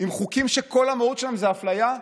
בחוקים שכל המהות שלהם היא אפליה?